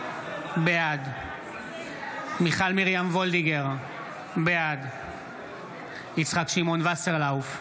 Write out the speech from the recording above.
בעד מיכל מרים וולדיגר, בעד יצחק שמעון וסרלאוף,